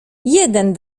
jeden